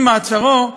עם מעצרו,